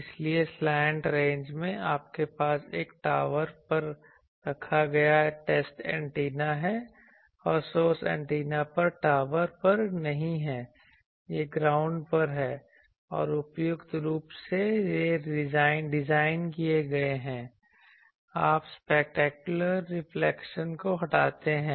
इसलिए सलॉनट रेंज में आपके पास एक टॉवर पर रखा गया टेस्ट एंटीना है और सोर्स एंटीना एक टॉवर पर नहीं है यह ग्राउंड पर है और उपयुक्त रूप से डिज़ाइन किए गए हैं आप स्पेक्युलर रिफ्लेक्शनज़ को हटाते हैं